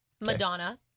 madonna